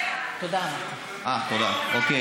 אמרתי תודה.